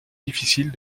difficile